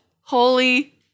holy